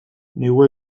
negua